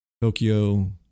Tokyo